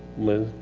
lynn,